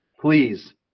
please